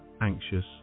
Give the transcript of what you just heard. anxious